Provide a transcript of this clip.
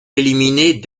éliminée